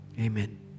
Amen